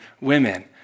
women